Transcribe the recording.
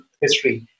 history